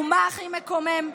ומה הכי מקומם?